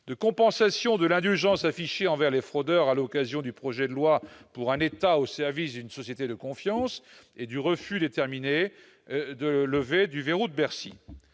de compensation de l'indulgence affichée envers les fraudeurs à l'occasion du projet de loi " pour un État au service d'une société de confiance " et du refus déterminé de levée du " verrou de Bercy